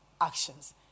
actions